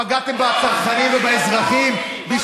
פגעתם בצרכנים ובאזרחים, בכיינות.